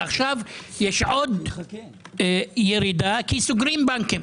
ועכשיו יש עוד ירידה כי סוגרים בנקים.